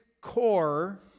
core